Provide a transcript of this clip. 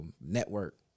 Network